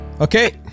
Okay